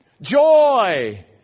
joy